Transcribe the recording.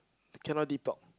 cannot detox